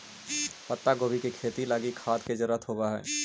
पत्तागोभी के खेती लागी खाद के जरूरत होब हई